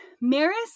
Maris